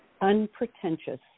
unpretentious